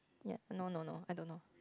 ya no no no I don't know